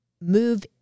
Move